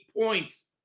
points